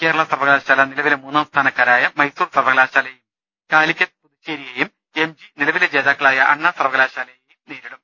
കേരള സർവകലാശാല നിലവിലെ മൂന്നാം സ്ഥാനക്കാരായ മൈസൂർ സർവകലാശാലയേയും കാലിക്കറ്റ് പുതുച്ചേരിയേയും എംജി നിലവിലെ ജേതാക്കളായ അണ്ണ സർവകലാശാലയേയും നേരിടും